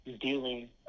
Dealing